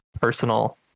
personal